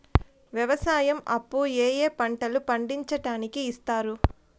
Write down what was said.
వ్యవసాయం అప్పు ఏ ఏ పంటలు పండించడానికి ఇస్తారు?